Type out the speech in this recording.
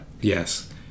Yes